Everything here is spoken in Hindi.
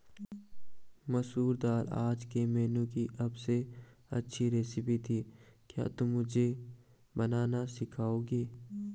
मसूर दाल आज के मेनू की अबसे अच्छी रेसिपी थी क्या तुम मुझे बनाना सिखाओंगे?